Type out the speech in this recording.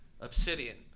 Obsidian